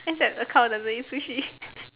just than the cow doesn't eat sushi